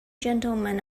gentlemen